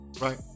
right